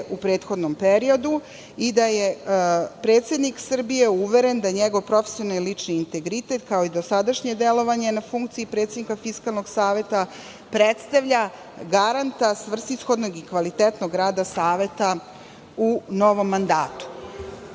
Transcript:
u prethodnom periodu i da je predsednik Srbije uveren da njegov profesionalni, lični integritet, kao i dosadašnje delovanje na funkciji predsednika Fiskalnog saveta predstavlja garanta, svrsishodnog i kvalitetnog rada Saveta u novom mandatu.Zašto